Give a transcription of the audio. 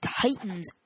Titans